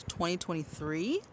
2023